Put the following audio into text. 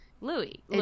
Louis